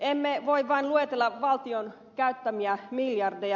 emme voi vain luetella valtion käyttämiä miljardeja